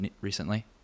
recently